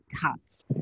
cuts